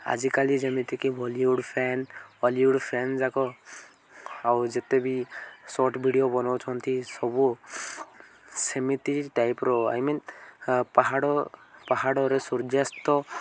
ଆଜିକାଲି ଯେମିତିକି Bollywood fan Hollywood fan ଯାକ ଆଉ ଯେତେ ବିି ସର୍ଟ ଭିଡ଼ିଓ ବନଉଛନ୍ତି ସବୁ ସେମିତି ଟାଇପ୍ର ଆଇ ମିନ୍ ପାହାଡ଼ ପାହାଡ଼ରେ ସୂର୍ଯ୍ୟାସ୍ତ